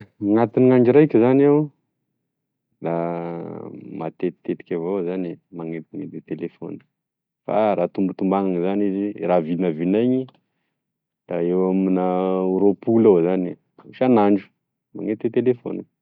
Anatin'andro raiky zany aho da matetitetiky avao zany manenty telefony fa raha tombatombagnany zany izy raha vinavinainy da eo amina roapolo eo zany isanandro ro manety telefony.